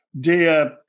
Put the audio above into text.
dear